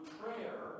prayer